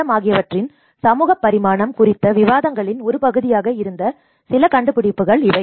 M ஆகியவற்றின் சமூக பரிமாணம் குறித்த விவாதங்களின் ஒரு பகுதியாக இருந்த சில கண்டுபிடிப்புகள் இவை